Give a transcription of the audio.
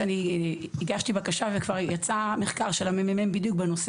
שאני הגשתי בקשה וכבר יצא מחקר של הממ"מ בדיוק בנושא